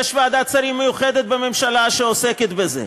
יש ועדת שרים מיוחדת בממשלה שעוסקת בזה.